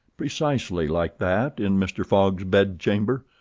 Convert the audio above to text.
precisely like that in mr. fogg's bedchamber,